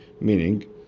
Meaning